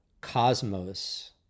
cosmos